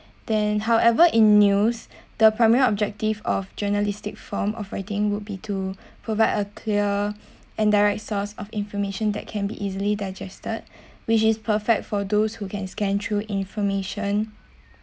then however in news the primary objective of journalistic form of writing would be to provide a clear and direct source of information that can be easily digested which is perfect for those who can scan through information